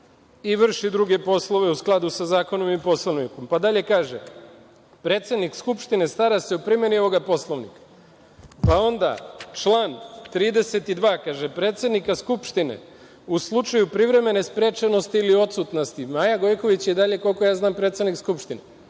i vrši druge poslove u skladu sa zakonom i Poslovnikom. Pa, dalje kaže – predsednik Skupštine stara se o primeni ovoga Poslovnika, pa onda član 32. kaže – predsednika Skupštine, u slučaju privremene sprečenosti ili odsutnosti, Maja Gojković je i dalje, koliko ja znam, predsednik Skupštine.